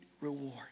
reward